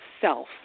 self